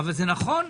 זה נכון.